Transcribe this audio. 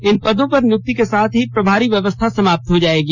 इन पदों पर की नियुक्ति के साथ प्रभारी व्यवस्था समाप्त हो जाएगी